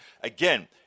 Again